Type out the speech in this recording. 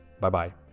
Bye-bye